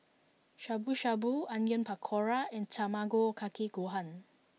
Shabu shabu Onion Pakora and Tamago Kake Gohan